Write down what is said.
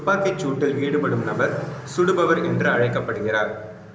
துப்பாக்கிச் சூட்டில் ஈடுபடும் நபர் சுடுபவர் என்று அழைக்கப்படுகிறார்